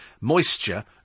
moisture